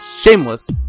shameless